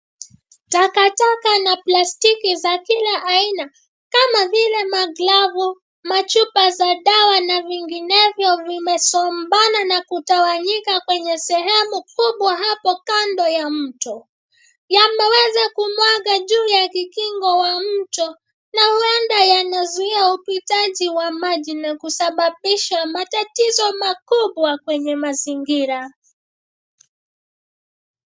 Takataka na plastiki za kila aina kama vile maglavu, machupa za dawa na vinginevyo vimesombana na kutawanyika kwenye sehemu kubwa hapo kando ya mto. Yameweza kumwaga juu ya kikingo wa mto na huenda yanazuia upitaji wa maji na kusababisha matatizo makubwa kwenye mazingira.